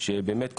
חורפיש.